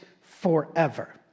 forever